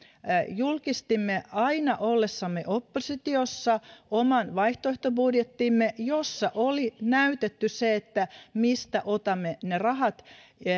julkistimme aina ollessamme oppositiossa oman vaihtoehtobudjettimme jossa oli näytetty se mistä otamme rahat